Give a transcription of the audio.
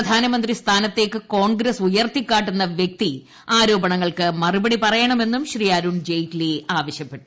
പ്രധാനമന്ത്രി സ്ഥാനത്തേക്ക് കോൺഗ്രസ് ഉയർത്തിക്കാട്ടുന്ന വ്യക്തി ആരോപണങ്ങൾക്ക് മറുപടി പറയണമെന്നും അരുൺജെയ്റ്റ്ലി ആവശ്യപ്പെട്ടു